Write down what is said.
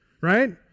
right